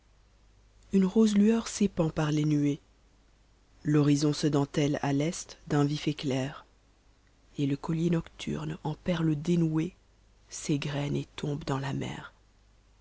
une rose lueur répand par les nuées l'horizon se dentehe à l'est d'un vif éclair et le collier nocturne en perles dénouées s'égrène et tombe dans la mer